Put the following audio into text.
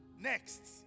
next